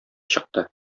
чыкты